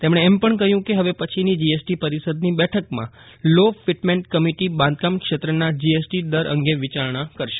તેમણે એમ પણ કહ્યું કે હવે પછીની જીએસટી પરિષદની બેઠકમાં લો ફીટમેન્ટ કમિટી બાંધકામ ક્ષેત્રના જીએસટી દર અંગે વિચારણા કરશે